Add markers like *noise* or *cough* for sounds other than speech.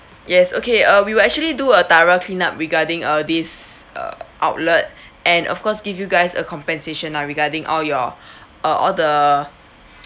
yes okay uh we will actually do a thorough clean up regarding uh this uh outlet and of course give you guys a compensation ah regarding all your uh all the *noise*